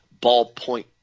ballpoint